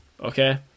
Okay